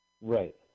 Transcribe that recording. Right